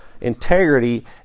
integrity